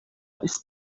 ist